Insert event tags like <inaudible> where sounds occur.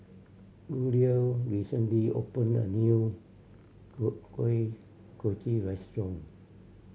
Guido recently opened a new <unintelligible> Kuih Kochi restaurant